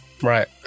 Right